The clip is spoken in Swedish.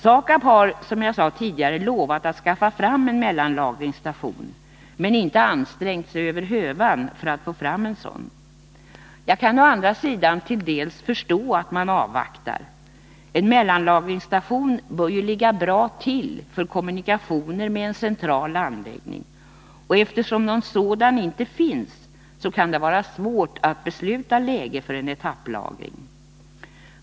SAKAB har, som jag sade tidigare, lovat att skaffa fram en mellanlagringsstation men inte ansträngt sig över hövan för att få fram en sådan. Jag kan å andra sidan till dels förstå att man avvaktar. En mellanlagringsstation bör ju ligga bra till för kommunikationer med en central anläggning, och eftersom någon sådan inte finns kan det vara svårt att besluta läge för etapplagring.